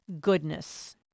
goodness